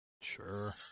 Sure